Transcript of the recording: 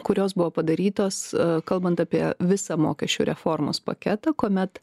kurios buvo padarytos kalbant apie visą mokesčių reformos paketą kuomet